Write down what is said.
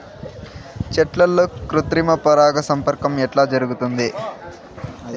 చెట్లల్లో కృత్రిమ పరాగ సంపర్కం ఎట్లా జరుగుతుంది?